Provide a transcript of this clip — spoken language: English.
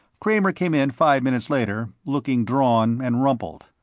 kramer came in five minutes later, looking drawn and rumpled.